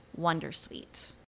Wondersuite